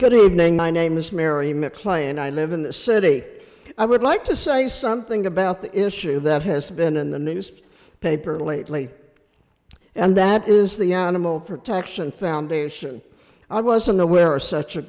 good evening my name is mary maclean i live in the city i would like to say something about the issue that has been in the news paper lately and that is the animal protection foundation i wasn't aware of such a